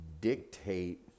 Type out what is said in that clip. dictate